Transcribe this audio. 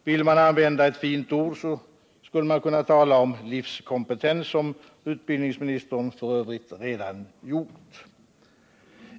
Vill man använda ett fint ord, skulle man kunna tala om livskompetens, något som utbildningsministern f. ö. redan gjort.